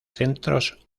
centros